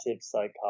psychology